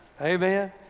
Amen